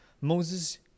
Moses